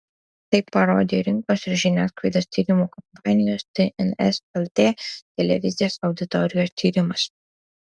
tai parodė rinkos ir žiniasklaidos tyrimų kompanijos tns lt televizijos auditorijos tyrimas